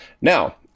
now